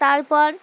তারপর